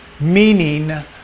meaning